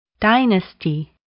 Dynasty